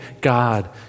God